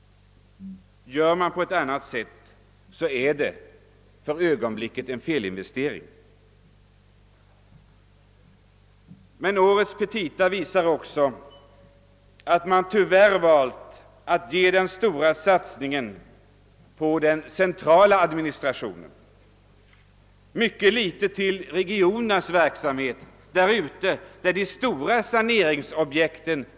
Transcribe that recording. Gör man på annat sätt är det för ögonblicket en felinvestering. Men årets petita visar också att man tyvärr valt att göra den satsningen på den centrala administrationen och ge mycket litet till regionernas verksamhet. Just ute i landet finns ju de stora saneringsobjekten.